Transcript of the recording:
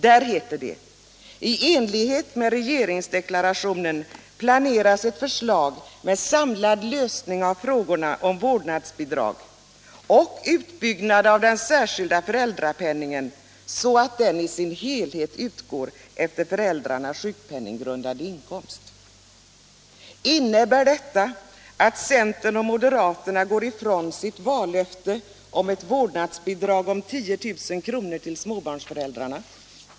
Där heter det: ”I enlighet med regeringsförklaringen —-- planeras slutligen ett förslag med samlad lösning av frågorna om vårdnadsbidrag och utbyggnad av den särskilda föräldrapenningen så att den i sin helhet utgår efter förälderns aktuella sjukpenninggrundande inkomst.” Innebär detta att centern och moderaterna går ifrån sitt vallöfte om ett vårdnadsbidrag om 10 000 kr. till småbarnsföräldrarna?